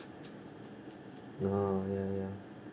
ya ya ya